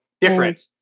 different